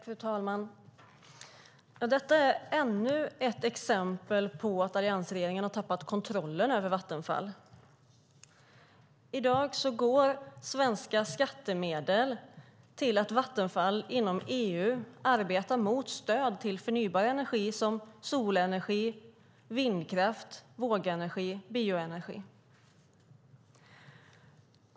Fru talman! Detta är ännu ett exempel på att alliansregeringen har tappat kontrollen över Vattenfall. I dag går svenska skattemedel till att Vattenfall inom EU arbetar mot stöd till förnybar energi som solenergi, vindkraft, vågenergi och bioenergi.